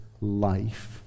life